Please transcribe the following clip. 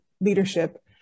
leadership